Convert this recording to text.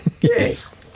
Yes